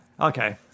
Okay